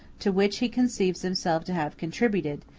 to which he conceives himself to have contributed,